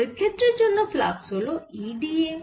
তড়িৎ ক্ষেত্রের জন্য ফ্লাক্স হল E da